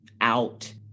out